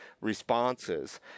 responses